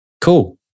cool